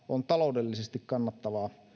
on taloudellisesti kannattavaa